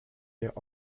der